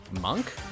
Monk